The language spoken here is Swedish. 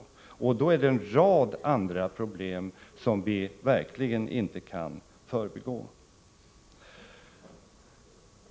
politiken på medellång sikt Då är det en rad andra problem som vi verkligen inte kan förbigå.